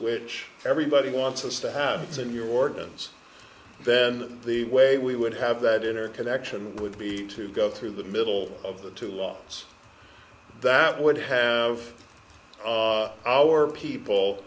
switch everybody wants us to have in your wardens then the way we would have that inner connection would be to go through the middle of the two laws that would have our people